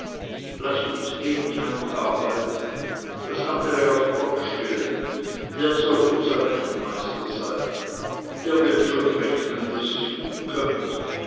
laß uns beten und arbeiten das andere auf gott stellen der soll unser rechenmeister sein der wird schon rechnen daß es gut kömmt